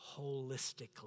holistically